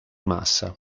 massa